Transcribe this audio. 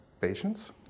patients